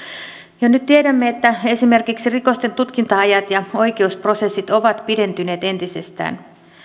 jo nyt tiedämme että esimerkiksi rikosten tutkinta ajat ja oikeusprosessit ovat pidentyneet entisestään